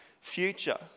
future